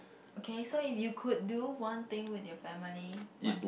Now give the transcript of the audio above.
okay so if you could do one thing with your family what